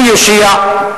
מי יושיע?